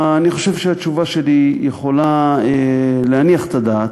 אני חושב שהתשובה שלי יכולה להניח את הדעת.